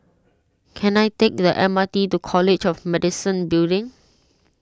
can I take the M R T to College of Medicine Building